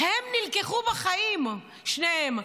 הם נלקחו בחיים שניהם.